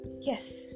Yes